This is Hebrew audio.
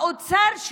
האוצר,